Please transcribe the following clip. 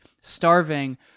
starving